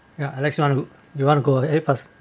ya alex you want you want to go ahead first